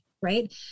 right